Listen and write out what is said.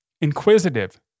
inquisitive